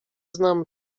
znam